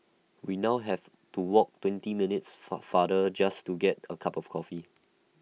we now have to walk twenty minutes far farther just to get A cup of coffee